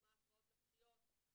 לדוגמא הפרעות נפשיות,